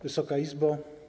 Wysoka Izbo!